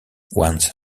once